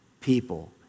people